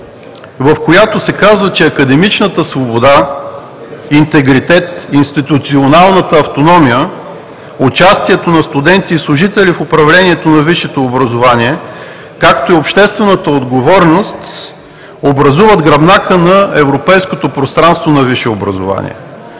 в която се казва, че академичната свобода, интегритетът, институционалната автономия, участието на студенти и служители в управлението на висшето образование, както и обществената отговорност образуват гръбнака на европейското пространство на висше образование.